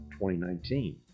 2019